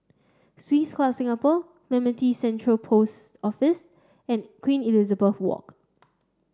Swiss Club Singapore Clementi Central Post Office and Queen Elizabeth Walk